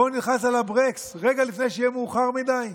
בואו נלחץ על הברקס רגע לפני שיהיה מאוחר מדי.